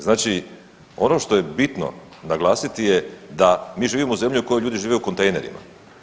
Znači ono što je bitno naglasiti je da mi živimo u zemlji u kojoj ljudi žive u kontejnerima.